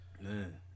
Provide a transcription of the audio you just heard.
Man